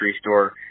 store